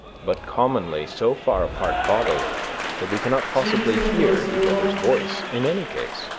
but commonly so far apart bodily that we cannot possibly hear each other's voice in any case.